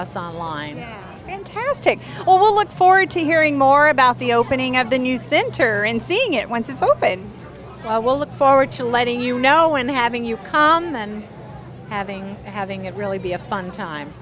us on line fantastic will look forward to hearing more about the opening of the new center and seeing it once it's open i will look forward to letting you know and having you come and having having it really be a fun time